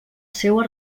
seua